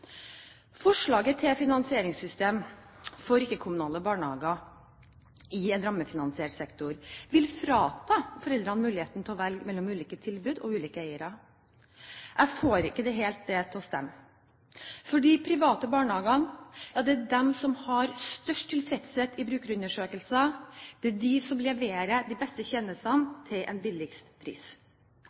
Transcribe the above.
Forslaget til finansieringssystem for ikke-kommunale barnehager i en rammefinansiert sektor vil frata foreldrene muligheten til å velge mellom ulike tilbud og ulike eiere. Jeg får ikke dette helt til å stemme, for det er de private barnehagene som har størst tilfredshet i brukerundersøkelser, og det er de som leverer de beste tjenestene til lavest pris.